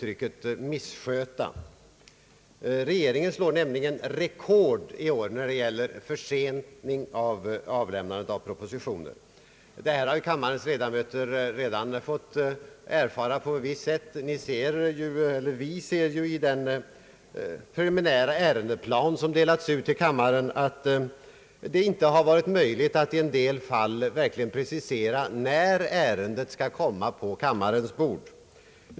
Regeringen slår nämligen detta år alla rekord då det gäller försening vid avlämnandet av propositioner. Detta har kammarens ledamöter redan fått erfara på visst sätt. Vi kan i den preliminära ärendeplan som delats ut se att det i en del fall inte varit möjligt att verkligen precisera när respektive ärende kommer att läggas på kammarens bord.